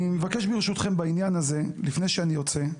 אני מבקש, ברשותכם, בעניין הזה, לפני שאני יוצא,